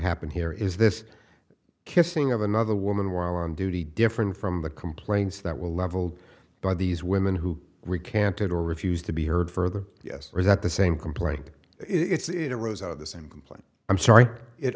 happened here is this kissing of another woman while on duty different from the complaints that will leveled by these women who recanted or refused to be heard further yes or is that the same complaint it's it arose out of the same complaint i'm sorry it